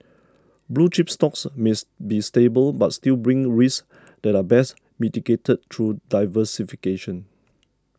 blue chip stocks miss be stable but still brings risks that are best mitigated through diversification